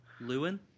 Lewin